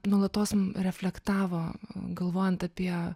nuolatos reflektavo galvojant apie